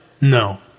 No